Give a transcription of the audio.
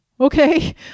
okay